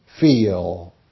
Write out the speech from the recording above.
feel